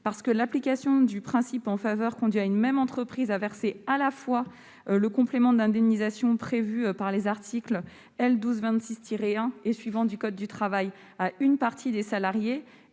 normes. L'application du principe de faveur conduit une même entreprise à verser à la fois le complément d'indemnisation prévu par les articles L. 1226-1 et suivants du code du travail à une partie des salariés